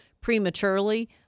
prematurely